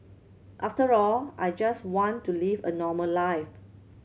after all I just want to live a normal life